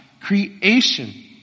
creation